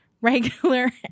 Regular